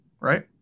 Right